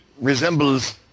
resembles